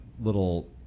little